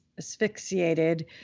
asphyxiated